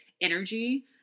energy